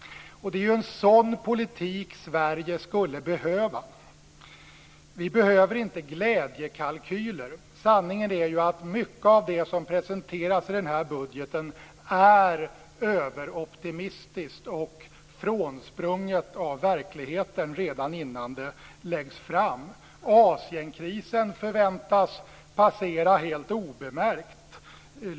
Det är en sådan politik Sverige skulle behöva. Vi behöver inte glädjekalkyler. Sanningen är ju att mycket av det som har presenterats i den här budgeten är överoptimistiskt och frånsprunget av verkligheten redan innan det läggs fram. Asienkrisen förväntas passera helt obemärkt.